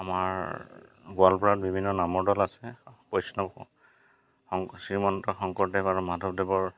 আমাৰ গোৱালপাৰাত বিভিন্ন নামৰ দল আছে বৈষ্ণৱ শ্ৰীমন্ত শংকৰদেৱ আৰু মাধৱদেৱৰ